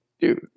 Dude